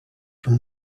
from